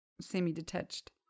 semi-detached